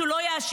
שהוא לא יאשר.